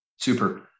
Super